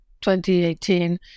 2018